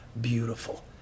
beautiful